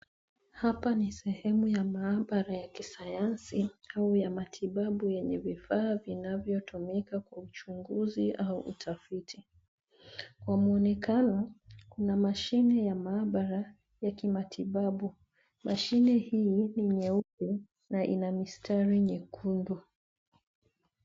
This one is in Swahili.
Hapa nisehemu ya mahabara ya kisayansi au ya matibabu yenye vifaa vinavyotumika kwa uchunguzi au utafiti. Kwa muonekana kuna mashine ya mahabara yakimatibabu. Mashine hii ni nyeupe na inamistari nyekundu.